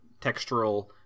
textural